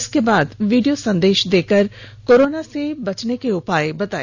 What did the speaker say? उसके बाद वीडियो संदेश देकर कोरोना से बचने के उपाय बताए